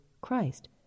Christ